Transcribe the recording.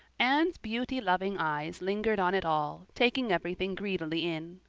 anne's beauty-loving eyes lingered on it all, taking everything greedily in.